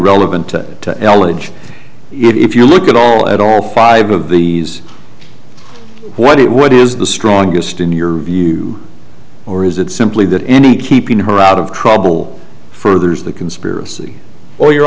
relevant to eligible if you look at all at all five of these what it what is the strongest in your view or is it simply that any keeping her out of trouble furthers the conspiracy or you